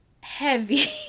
heavy